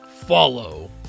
Follow